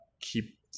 keep